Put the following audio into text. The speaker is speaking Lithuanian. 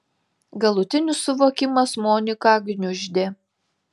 galutinis suvokimas moniką gniuždė